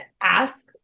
ask